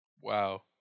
Wow